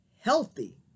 healthy